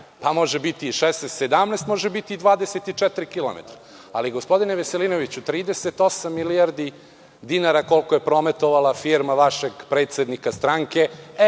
pa može biti i 16-17, a može biti i 24 km.Gospodine Veselinoviću, 38 milijardi dinara, koliko je prometovala firma vašeg predsednika stranke,